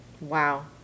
Wow